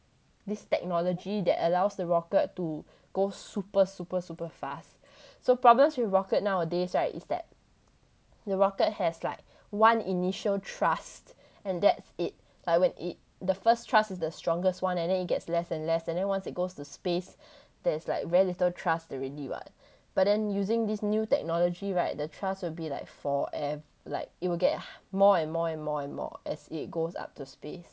this technology that allows the rocket to go super super super fast so problems with rocket nowadays right is that the rocket has like one initial thrust and that's it like when it the first thrust is the strongest one and then it gets less and less and then once it goes to space there's like very little thrust already what but then using this new technology right the thrust will be like forev~ like it will get more and more and more and more as it goes up to space